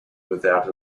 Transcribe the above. without